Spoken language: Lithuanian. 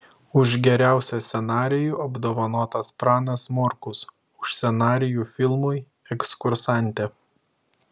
už geriausią scenarijų apdovanotas pranas morkus už scenarijų filmui ekskursantė